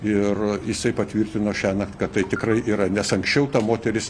ir jisai patvirtino šiąnakt kad tai tikrai yra nes anksčiau ta moteris